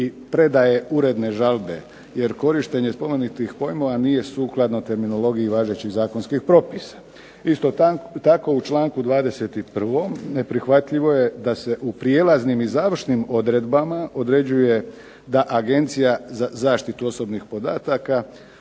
predaje uredne žalbe, jer korištenje spomenutih pojmova nije sukladno terminologiji važećih zakonskih propisa. Isto tako u članku 21. neprihvatljivo je da se u prijelaznim i završnim odredbama određuje da Agencija za zaštitu osobnih podataka